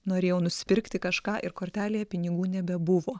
norėjau nusipirkti kažką ir kortelėje pinigų nebebuvo